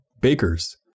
bakers